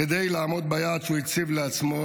כדי לעמוד ביעד שהוא הציב לעצמו